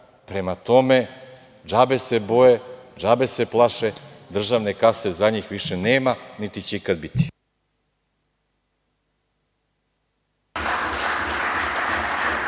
Prema tome, džabe se boje, džabe se plaše, državne kase za njih više nema, niti će ikada biti.